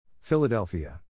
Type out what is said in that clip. Philadelphia